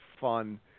fun